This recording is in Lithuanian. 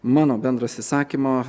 mano bendras įsakymo